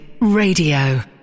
Radio